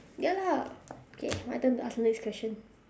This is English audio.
ya lah okay my turn to ask the next question